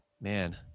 man